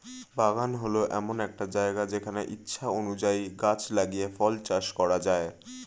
বাগান হল এমন একটা জায়গা যেখানে ইচ্ছা অনুযায়ী গাছ লাগিয়ে ফল চাষ করা যায়